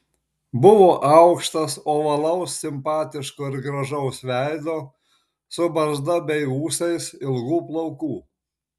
buvo aukštas ovalaus simpatiško ir gražaus veido su barzda bei ūsais ilgų plaukų